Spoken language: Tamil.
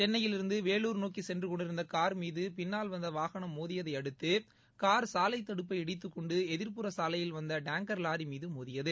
சென்னையிலிருந்து வேலூர் நோக்கி சென்று கொண்டிருந்த கார் மீது பின்னால் வந்த வாகனம் மோதியதை அடுத்து கார் சாலைத் தடுப்பை இடித்துக் கொண்டு எதிர்புற சாலையில் வந்த டாங்கர் லாரி மீது மோதியது